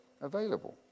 available